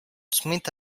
smith